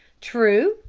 true,